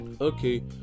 Okay